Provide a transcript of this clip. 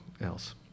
else